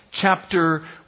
chapter